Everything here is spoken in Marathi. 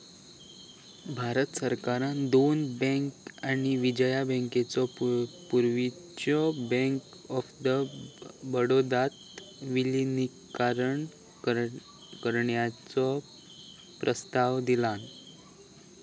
भारत सरकारान देना बँक आणि विजया बँकेचो पूर्वीच्यो बँक ऑफ बडोदात विलीनीकरण करण्याचो प्रस्ताव दिलान